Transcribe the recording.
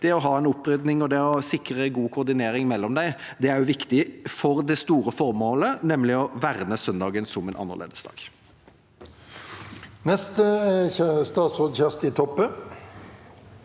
det å ha en opprydning og det å sikre god koordinering mellom dem er viktig for det store formålet, nemlig å verne søndagen som en annerledesdag. Statsråd Kjersti Toppe